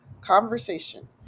conversation